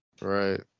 Right